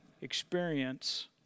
experience